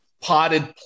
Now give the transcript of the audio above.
potted